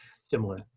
similar